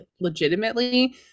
legitimately